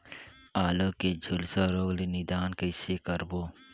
आलू के झुलसा रोग ले निदान कइसे करबो?